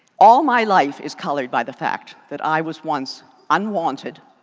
all my life is colored by the fact that i was once unwanted,